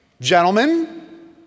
gentlemen